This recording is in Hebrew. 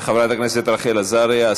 חברת הכנסת רחל עזריה.